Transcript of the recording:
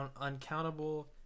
uncountable